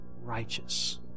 Righteous